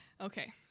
Okay